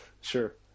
Sure